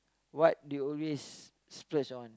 what do you always splurge on